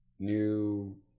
new